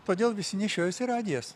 todėl visi nešiojosi radijas